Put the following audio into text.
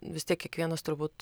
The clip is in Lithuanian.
vis tiek kiekvienas turbūt